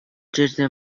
жерде